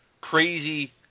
crazy